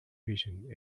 vision